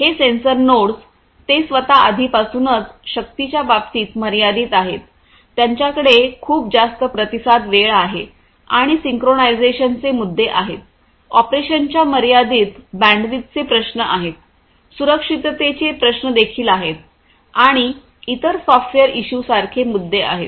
हे sensor nodes ते स्वत आधीपासूनच शक्तीच्या बाबतीत मर्यादित आहेत त्यांच्याकडे खूप जास्त प्रतिसाद वेळ आहे आणि सिंक्रोनाइझेशनचे मुद्दे आहेत ऑपरेशनच्या मर्यादित बँडविड्थचे प्रश्न आहेत सुरक्षिततेचे प्रश्न देखील आहेत आणि इतर सॉफ्टवेयर इश्यूसारखे मुद्दे आहेत